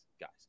guys